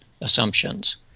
assumptions